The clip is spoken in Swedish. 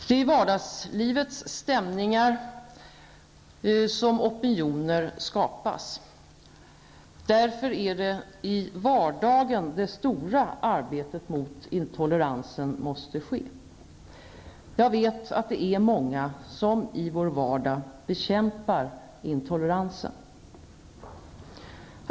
Det är i vardagslivets stämningar som opinioner skapsa. Därför är det i vardagen det stora arbetet mot intoleransen måste ske. Jag vet att det är många som i vår vardag bekämpar intoleransen.